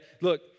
Look